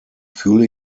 fühle